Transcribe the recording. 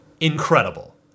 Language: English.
incredible